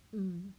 mm